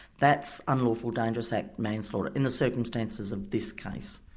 that's unlawful dangerous act manslaughter in the circumstances of this case.